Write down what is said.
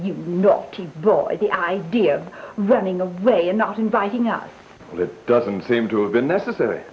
you know bro id idea running away and not inviting us it doesn't seem to have been necessary